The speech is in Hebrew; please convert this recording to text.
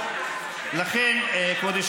אלא רק כשהחייל מגיב.